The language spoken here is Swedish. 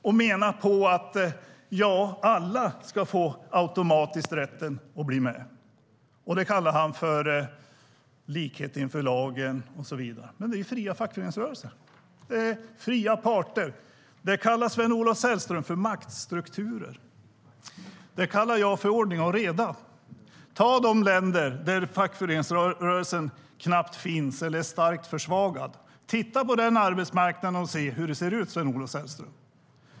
Han säger att alla borde få en automatisk rätt att bli medlem. Det kallar han för likhet inför lagen. Men det är fria fackföreningsrörelser och fria parter. Det kallar Sven-Olof Sällström för maktstrukturer. Det kallar jag för ordning och reda. Titta på de länder där det knappt finns någon fackföreningsrörelse, eller där den är starkt försvagad, och se hur arbetsmarknaden där ser ut, Sven-Olof Sällström!